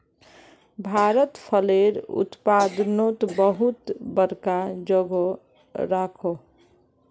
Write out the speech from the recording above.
भारत फलेर उत्पादनोत बहुत बड़का जोगोह राखोह